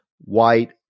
white